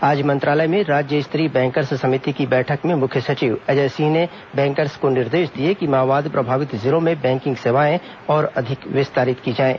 आज मंत्रालय में राज्य स्तरीय बैंकर्स समिति की हुई बैठक में मुख्य सचिव अजय सिंह ने बैंकर्स को निर्देश दिए कि माओवाद प्रभावित जिलों में बैंकिंग सेवाएं और अधिक विस्तारित की जाएं